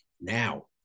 Now